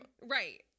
right